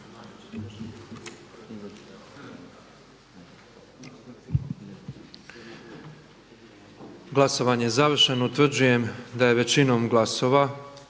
Glasovanje je završeno. Utvrđujem da je većinom glasova